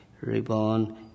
reborn